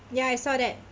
ya I saw that